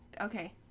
Okay